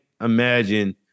imagine